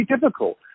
difficult